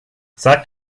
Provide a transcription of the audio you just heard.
sag